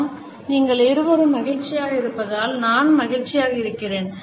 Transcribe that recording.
நான் நீங்கள் இருவரும் மகிழ்ச்சியாக இருப்பதால் நான் மகிழ்ச்சியாக இருக்கிறேன்